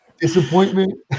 Disappointment